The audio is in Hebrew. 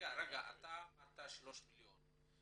אמרת שלושה מיליון.